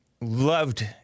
loved